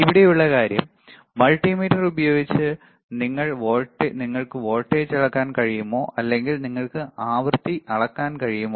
ഇവിടെയുള്ള കാര്യം മൾട്ടിമീറ്റർ ഉപയോഗിച്ച് നിങ്ങൾക്ക് വോൾട്ടേജ് അളക്കാൻ കഴിയുമോ അല്ലെങ്കിൽ നിങ്ങൾക്ക് ആവൃത്തി അളക്കാൻ കഴിയുമോ